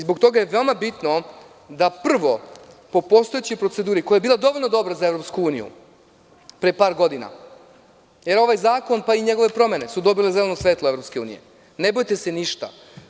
Zbog toga je veoma bitno da prvo, po postojećoj proceduri koja je bila dovoljno dobra za EU pre par godina, jer ovaj zakon pa i njegove promene su dobile zeleno svetlo EU, ne bojte se ništa.